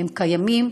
הם קיימים,